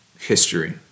history